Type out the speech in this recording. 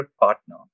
partner